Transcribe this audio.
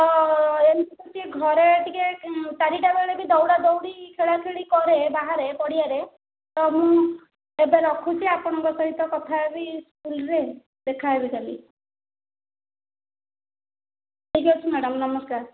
ଅ ଏମିତି ତ ସିଏ ଘରେ ଟିକିଏ ଚାରିଟା ବେଳେ ବି ଦୌଡ଼ାଦୌଡ଼ି ଖେଳାଖେଳି କରେ ବାହାରେ ପଡ଼ିଆରେ ତ ମୁଁ ଏବେ ରଖୁଛି ଆପଣଙ୍କ ସହିତ କଥାହେବି ସ୍କୁଲରେ ଦେଖାହେବି କାଲି ଆଜ୍ଞା ରଖୁଛି ମ୍ୟାଡ଼ାମ ନମସ୍କାର